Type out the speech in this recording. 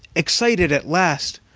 excited at last,